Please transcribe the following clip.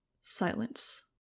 Silence